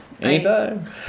Anytime